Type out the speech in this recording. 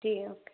जी okay